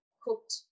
cooked